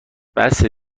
بسه